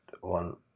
one